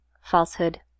falsehood